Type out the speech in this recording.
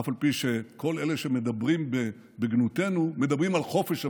אף על פי שכל אלה שמדברים בגנותנו מדברים על חופש הביטוי.